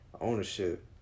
ownership